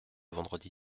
vendredi